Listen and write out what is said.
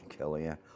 Kellyanne